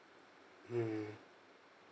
mm